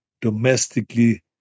domestically